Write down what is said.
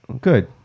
Good